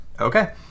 Okay